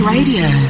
Radio